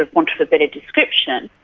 ah want of a better description.